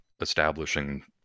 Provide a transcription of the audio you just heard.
establishing